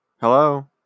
Hello